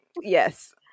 Yes